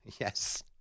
Yes